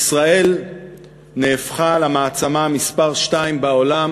ישראל נהפכה למעצמה מספר שתיים בעולם